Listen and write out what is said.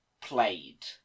played